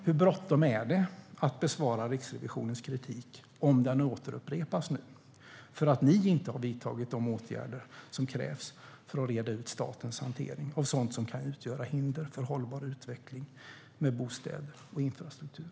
Hur bråttom är det att besvara Riksrevisionens kritik, om den återupprepas, för att ni inte har vidtagit de åtgärder som krävs för att reda ut statens hantering av sådant som kan utgöra hinder för hållbar utveckling av bostäder och infrastruktur?